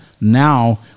now